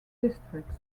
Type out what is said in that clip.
districts